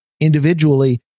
individually